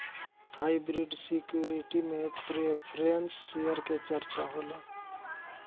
hybrid security में preference share के चर्चा होला